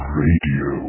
radio